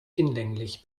hinlänglich